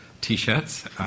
t-shirts